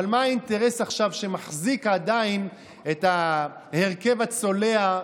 אבל מה האינטרס עכשיו שמחזיק עדיין את ההרכב הצולע,